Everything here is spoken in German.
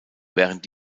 während